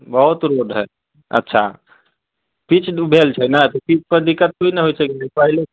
बहुत रोड है अच्छा पिच भेल छै ने तऽ पिच पर दिक्कत नहि होइत छै पहिले